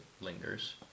lingers